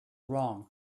wrong